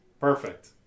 perfect